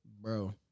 Bro